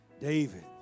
David